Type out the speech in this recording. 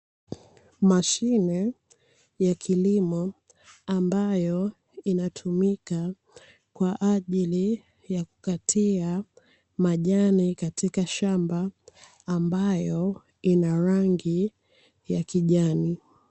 Mashine ya kilimo ambayo inatumika kwa ajili ya kukatia majani katika shamba, ambayo ina rangi ya kijani.